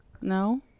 No